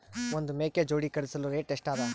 ಒಂದ್ ಮೇಕೆ ಜೋಡಿ ಖರಿದಿಸಲು ರೇಟ್ ಎಷ್ಟ ಅದ?